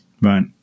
Right